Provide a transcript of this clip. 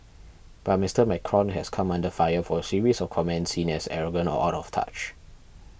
but Mister Macron has come under fire for a series of comments seen as arrogant or out of touch